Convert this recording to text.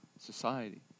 society